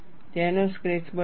તેનો સ્કેચ બનાવો